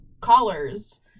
collars